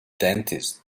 dentist